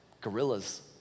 gorillas